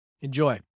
enjoy